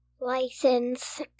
license